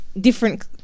different